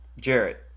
Jarrett